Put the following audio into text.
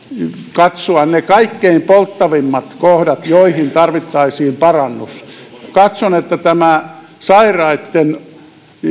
katsoa ne kaikkein polttavimmat kohdat joihin tarvittaisiin parannus katson että tämä sairaitten